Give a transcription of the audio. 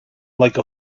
like